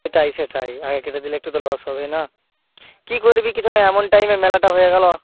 সেটাই সেটাই আগে কেটে দিলে একটু তো লস হবেই না কি করবি কিছু নাই এমন টাইমে মেলাটা হয়ে গেল